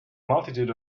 multitude